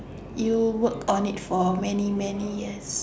you work on it for many many years